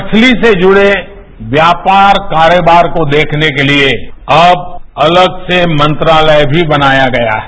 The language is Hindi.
मछली से जुड़े व्यापार कारोबारको देखने के लिए अब अलग से मंत्रालय भी बनाया गया है